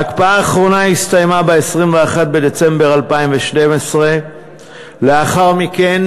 ההקפאה האחרונה הסתיימה ב-21 בדצמבר 2012. לאחר מכן